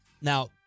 now